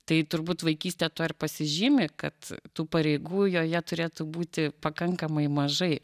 tai turbūt vaikystė tuo ir pasižymi kad tų pareigų joje turėtų būti pakankamai mažai